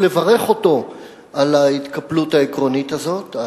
לברך אותו על ההתקפלות העקרונית הזאת,